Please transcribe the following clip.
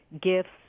gifts